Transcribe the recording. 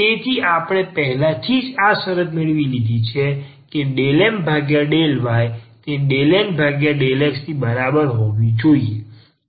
તેથી આપણે પહેલાથી જ આ શરત મેળવી લીધી છે કે ∂M∂yતે ∂N∂xની બરાબર હોવી જોઈએ